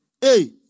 Hey